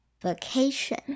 Vacation